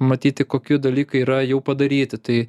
matyti kokie dalykai yra jau padaryti tai